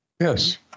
Yes